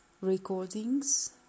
recordings